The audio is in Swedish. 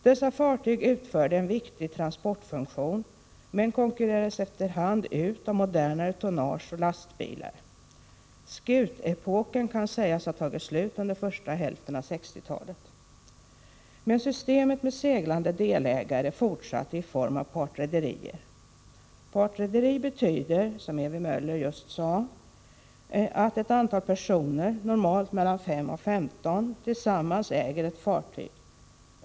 Dessa fartyg utförde en viktig transportfunktion, men konkurrerades efter hand ut av modernare tonnage och lastbilar. ”Skutepoken” kan sägas ha tagit slut under första hälften av 1960-talet. Men systemet med seglande delägare fortsatte i form av partrederier. Partrederi betyder, som Ewy Möller just sade, att ett antal personer, normalt mellan 5 och 15, tillsammans äger ett fartyg.